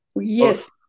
Yes